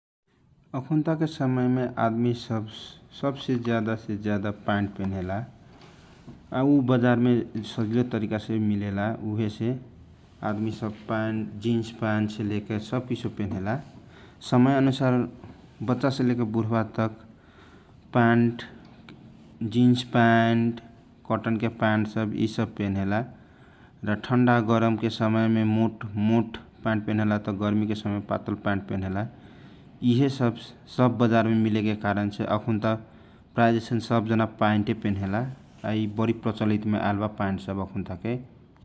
अखुनता के समयमे आदमी सब ज्यादा ज्यादा पायनट पेनेला आ उ बाजारमे सजिलो तरिका छे मिलेला उहे से आदमी जिनस पायन्ट लेकर सब पायनट पेनेला समय अनुसार बाचा से लेकर बुरबा तक जिनस पायनट कटनके पायनट सब यि सब पेनेला आ ढनडा गरम के समय मे मोट पायनट पेनेला त गर्मी के समय मे पातलो पायनट पेनेला यिहे सब बजार में सब मिलेला उहेसे पायनट पेने जाला ।